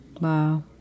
wow